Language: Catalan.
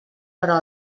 però